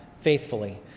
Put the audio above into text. faithfully